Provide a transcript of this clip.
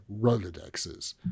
Rolodexes